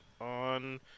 on